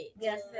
Yes